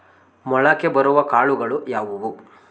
ಮೊಳಕೆ ಬರುವ ಕಾಳುಗಳು ಯಾವುವು?